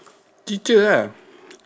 teacher ah